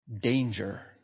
Danger